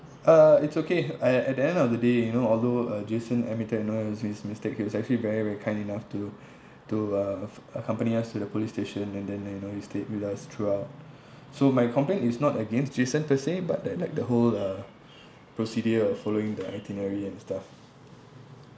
uh it's okay I at the end of the day you know although uh jason admitted you know it was his mistake he was actually very very kind enough to to uh accompany us to the police station and then like you know he stayed with us throughout so my complaint is not against jason per se but that like the whole uh procedure of following the itinerary and stuff